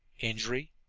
injury?